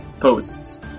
posts